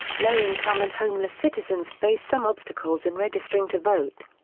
low income and homeless citizens face some obstacles in registering to vote.